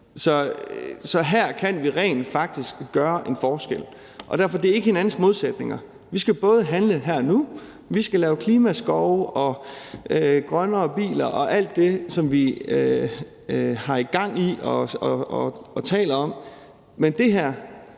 Her kan vi rent faktisk gøre en forskel, og det er ikke hinandens modsætninger. Vi skal handle her og nu, vi skal lave klimaskove og grønnere biler og alt det, som vi har gang i og taler om, men det her